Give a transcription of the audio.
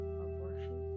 abortion